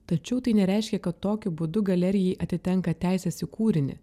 tačiau tai nereiškia kad tokiu būdu galerijai atitenka teisės į kūrinį